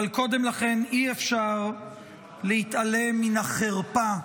אבל קודם לכן, אי-אפשר להתעלם מן החרפה,